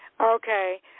Okay